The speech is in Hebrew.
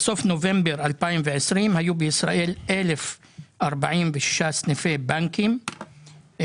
"בסוף נובמבר 2020 היו בישראל 1,046 סניפי בנקים,